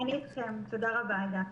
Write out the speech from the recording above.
תודה רבה, עאידה.